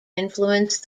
influenced